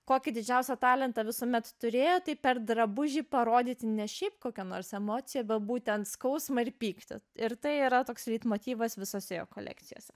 kokį didžiausią talentą visuomet turėjo tai per drabužį parodyti ne šiaip kokia nors emocija bet būtent skausmą ir pyktį ir tai yra toks leitmotyvas visose kolekcijose